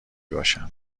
باشن